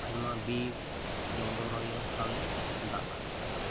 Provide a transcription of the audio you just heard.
ᱟᱭᱢᱟ ᱵᱤᱨ ᱡᱚᱝᱜᱚᱞ ᱨᱚᱦᱚᱭ ᱦᱩᱭᱩᱜᱼᱟ ᱛᱟᱦᱚᱞᱮ ᱫᱟᱜ ᱠᱷᱟᱡ ᱮ ᱫᱟᱜᱟ